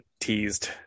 teased